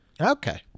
Okay